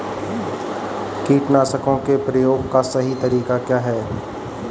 कीटनाशकों के प्रयोग का सही तरीका क्या है?